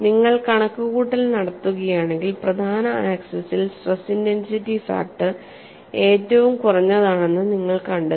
നിങ്ങൾ കണക്കുകൂട്ടൽ നടത്തുകയാണെങ്കിൽ പ്രധാന ആക്സിസിൽ സ്ട്രെസ് ഇന്റെൻസിറ്റി ഫാക്ടർ ഏറ്റവും കുറഞ്ഞതാണെന്ന് നിങ്ങൾ കണ്ടെത്തും